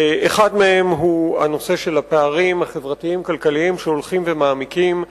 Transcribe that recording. אחד מהם הוא הנושא של הפערים החברתיים-כלכליים שהולכים ומעמיקים.